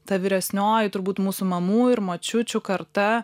ta vyresnioji turbūt mūsų mamų ir močiučių karta